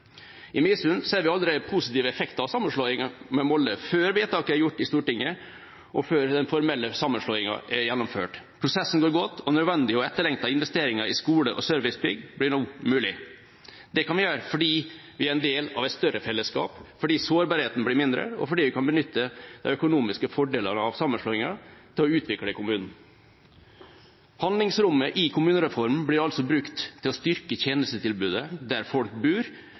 I Midsund ser vi allerede en positiv effekt av sammenslåingen med Molde, før vedtaket er gjort i Stortinget, og før den formelle sammenslåingen er gjennomført. Prosessen går godt, og nødvendige og etterlengtede investeringer i skole og servicebygg blir nå mulig. Det kan vi gjøre fordi vi er en del av et større fellesskap, fordi sårbarheten blir mindre, og fordi vi kan benytte økonomiske fordeler av sammenslåingen til å utvikle kommunen. Handlingsrommet i kommunereformen blir altså brukt til å styrke tjenestetilbudet der folk bor,